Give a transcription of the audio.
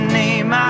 name